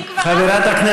אם כבר, אז כבר.